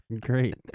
Great